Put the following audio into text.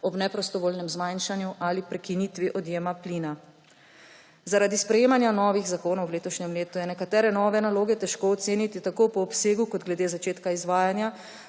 ob neprostovoljnem zmanjšanju ali prekinitvi odjema plina. Zaradi sprejemanja novih zakonov v letošnjem letu je nekatere nove naloge težko oceniti tako po obsegu kot glede začetka izvajanja,